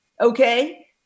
okay